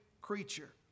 creature